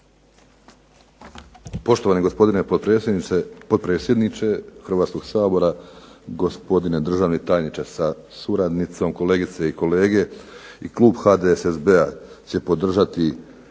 Poštovani gospodine potpredsjedniče Hrvatskog sabora, gospodine državni tajniče sa suradnicom, kolegice i kolege. Klub HDSSB-a će podržati